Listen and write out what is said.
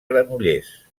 granollers